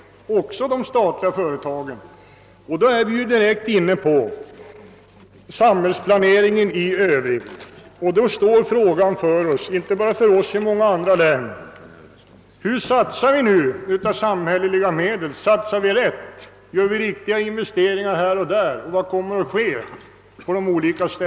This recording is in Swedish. Det gäller alltså även de statliga företagen, och därvid kommer vi direkt in på samhällsplaneringen i övrigt. Frågan blir då: Gör vi den riktiga satsningen av de samhälleliga medlen? Gör vi riktiga investeringar? Vad kommer att ske på olika håll?